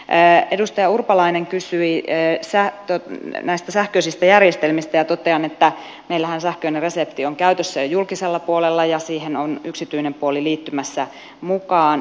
edustaja urpalainen kysyi näistä sähköisistä järjestelmistä ja totean että meillähän sähköinen resepti on käytössä jo julkisella puolella ja siihen on yksityinen puoli liittymässä mukaan